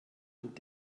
und